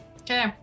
Okay